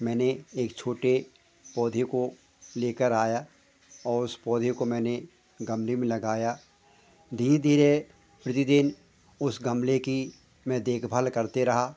मैंने एक छोटे पौधे को लेकर आया और उस पौधे को मैंने गमले में लगाया धीरे धीरे प्रतिदिन उस गमले की मैं देखभाल करते रहा